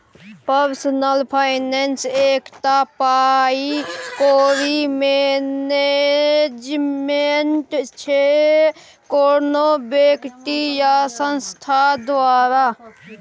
personal finance एकटा पाइ कौड़ी मैनेजमेंट छै कोनो बेकती या संस्थान द्वारा